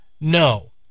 no